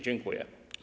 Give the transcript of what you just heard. Dziękuję.